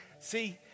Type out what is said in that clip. See